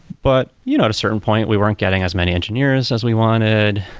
but you know at a certain point, we weren't getting as many engineers as we wanted.